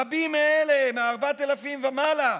רבים מאלה, מה-4,000 ומעלה,